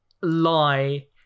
lie